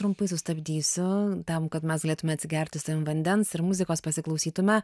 trumpai sustabdysiu tam kad mes galėtume atsigerti su tavim vandens ir muzikos pasiklausytume